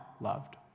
loved